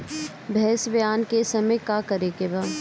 भैंस ब्यान के समय का करेके बा?